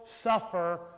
suffer